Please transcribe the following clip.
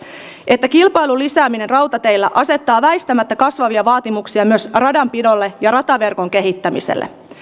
että kilpailun lisääminen rautateillä asettaa väistämättä kasvavia vaatimuksia myös radanpidolle ja rataverkon kehittämiselle